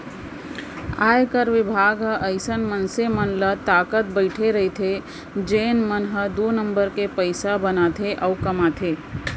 आयकर बिभाग ह अइसन मनसे मन ल ताकत बइठे रइथे जेन मन ह दू नंबर ले पइसा बनाथे अउ कमाथे